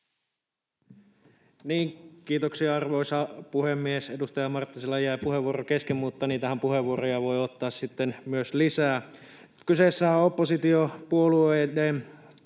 Kiitoksia, arvoisa puhemies! Edustaja Marttisella jäi puheenvuoro kesken, mutta puheenvuorojahan voi ottaa sitten myös lisää. Kyseessä on oppositiopuolueiden